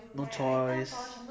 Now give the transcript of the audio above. no choice